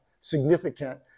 significant